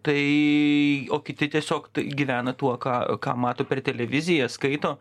tai o kiti tiesiog gyvena tuo ką ką mato per televiziją skaito